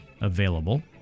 available